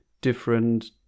different